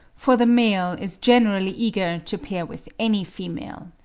for the male is generally eager to pair with any female.